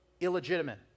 illegitimate